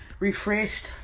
Refreshed